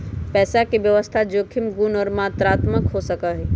पैसा के व्यवस्था जोखिम गुण और मात्रात्मक हो सका हई